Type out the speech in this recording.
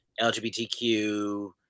lgbtq